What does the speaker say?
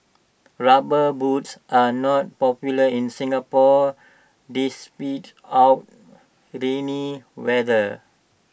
rubber boots are not popular in Singapore despite our rainy weather